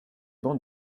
bancs